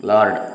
Lord